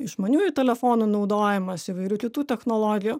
išmaniųjų telefonų naudojimas įvairių kitų technologijų